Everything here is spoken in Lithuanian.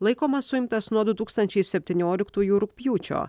laikomas suimtas nuo du tūkstančiai septynioliktųjų rugpjūčio